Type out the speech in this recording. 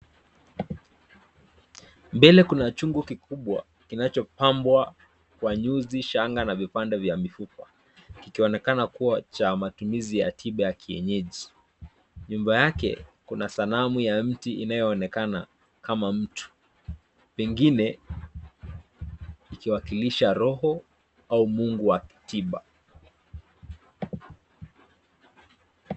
Mbele kuna chungu kikubwa kilicho pambwa kwa nyuzi, shanga na vipande vya mifupa, kikionekana kuwa cha matumizi ya tiba ya kienyeji, nyuma yake kuna sanamu ya mti inayoonekana kama mtu, pengine ikiwakilisha roho au mungu wa tiba.